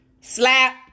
Slap